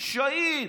שהיד.